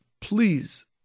please